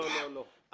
לא, לא, לא.